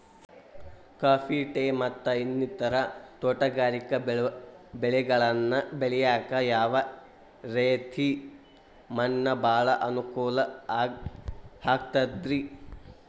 Coffee, tea, ಮತ್ತ ಇನ್ನಿತರ ತೋಟಗಾರಿಕಾ ಬೆಳೆಗಳನ್ನ ಬೆಳೆಯಾಕ ಯಾವ ರೇತಿ ಮಣ್ಣ ಭಾಳ ಅನುಕೂಲ ಆಕ್ತದ್ರಿ?